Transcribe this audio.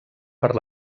per